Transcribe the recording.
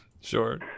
Sure